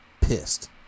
Pissed